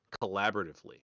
collaboratively